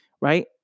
Right